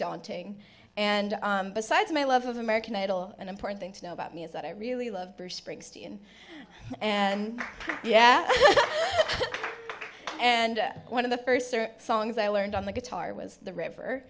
daunting and besides my love of american idol an important thing to know about me is that i really love bruce springsteen and yeah and one of the first songs i learned on the guitar was the river